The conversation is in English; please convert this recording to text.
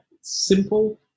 simple